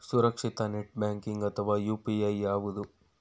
ಸುರಕ್ಷಿತ net banking ಅಥವಾ UPI ಯಾವುದು?